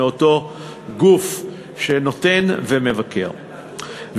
מאותו גוף שנותן ומבקר,